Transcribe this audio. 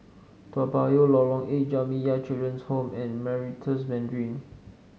Toa Payoh Lorong Eight Jamiyah Children's Home and Meritus Mandarin